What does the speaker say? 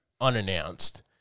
unannounced